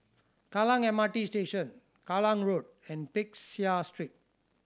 Kallang M R T Station Kallang Road and Peck Seah Street